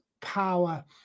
power